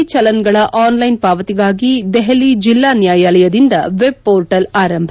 ಸಂಚಾರಿ ಚಲನ್ಗಳ ಆನ್ಲೈನ್ ಪಾವತಿಗಾಗಿ ದೆಹಲಿ ಜಿಲ್ಲಾ ನ್ಯಾಯಾಲಯದಿಂದ ವೆಬ್ ಪೋರ್ಟಲ್ ಆರಂಭ